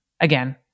again